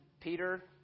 Peter